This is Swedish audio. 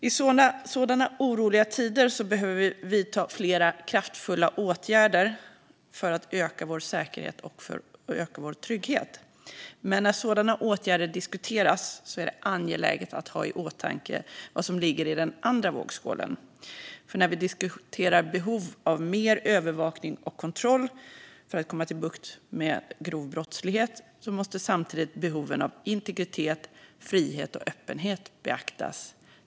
I sådana oroliga tider behöver vi vidta flera kraftfulla åtgärder för att öka vår säkerhet och vår trygghet. Men när sådana åtgärder diskuteras är det angeläget att ha i åtanke vad som ligger i den andra vågskålen. När vi diskuterar behov av mer övervakning och kontroll för att få bukt med grov brottslighet måste samtidigt behoven av integritet, frihet och öppenhet beaktas.